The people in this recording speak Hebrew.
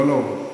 לא, לא.